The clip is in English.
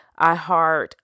iHeart